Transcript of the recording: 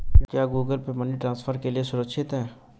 क्या Google Pay money transfer के लिए सुरक्षित है?